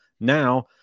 Now